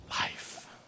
life